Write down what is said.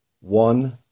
one